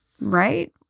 right